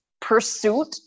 pursuit